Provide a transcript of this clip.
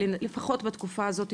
לפחות בתקופה הזאת,